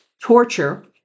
torture